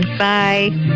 Bye